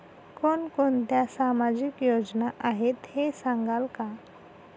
कोणकोणत्या सामाजिक योजना आहेत हे सांगाल का?